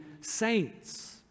saints